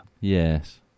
Yes